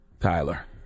Tyler